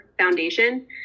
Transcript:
Foundation